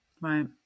Right